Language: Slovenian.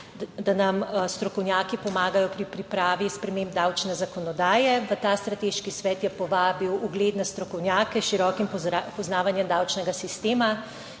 da nam strokovnjaki pomagajo pri pripravi sprememb davčne zakonodaje. V ta strateški svet je povabil ugledne strokovnjake s širokim poznavanjem davčnega sistema,